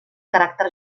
caràcter